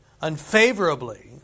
unfavorably